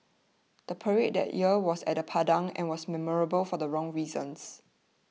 the parade that year was at the Padang and was memorable for the wrong reasons